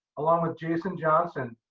along with jason johnson.